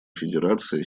федерация